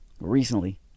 recently